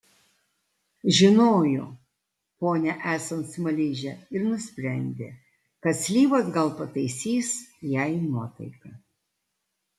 žinojo ponią esant smaližę ir nusprendė kad slyvos gal pataisys jai nuotaiką